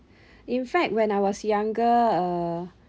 in fact when I was younger uh